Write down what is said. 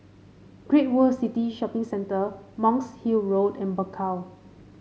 Great World City Shopping Centre Monk's Hill Road and Bakau